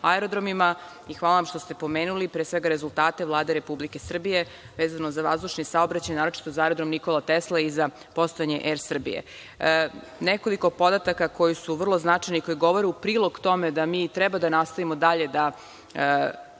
aerodromima i hvala vam što ste pomenuli pre svega rezultate Vlade Republike Srbije vezano za vazdušni saobraćaj, naročito za aerodrom „Nikola Tesla“ i za postojanje Er Srbije. Nekoliko podataka koji su vrlo značajni, koji govore u prilog tome da mi treba da nastavimo dalje da